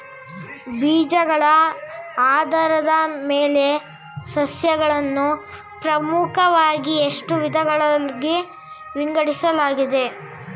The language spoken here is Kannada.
ಬೀಜಗಳ ಆಧಾರದ ಮೇಲೆ ಸಸ್ಯಗಳನ್ನು ಪ್ರಮುಖವಾಗಿ ಎಷ್ಟು ವಿಧಗಳಾಗಿ ವಿಂಗಡಿಸಲಾಗಿದೆ?